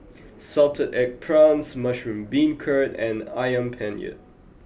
salted egg prawns mushroom beancurd and Ayam Penyet